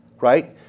right